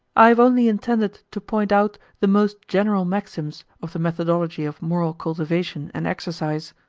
i have only intended to point out the most general maxims of the methodology of moral cultivation and exercise.